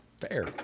fair